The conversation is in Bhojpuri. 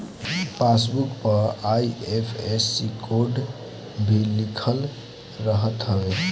पासबुक पअ आइ.एफ.एस.सी कोड भी लिखल रहत हवे